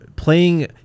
Playing